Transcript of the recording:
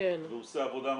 ₪ והוא עושה עבודה מדהימה.